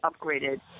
upgraded